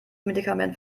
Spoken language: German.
medikament